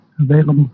available